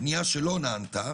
פנייה שלא נענתה.